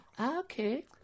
Okay